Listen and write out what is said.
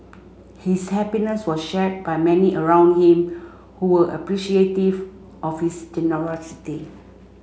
his happiness was shared by many around him who were appreciative of his generosity